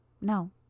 No